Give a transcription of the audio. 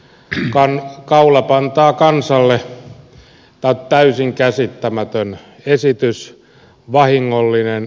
tämä on täysin käsittämätön esitys vahingollinen eikä toimi